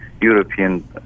European